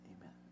amen